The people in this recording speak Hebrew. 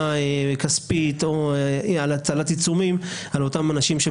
כספית או של הטלת עיצומים על אותם אנשים.